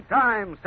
time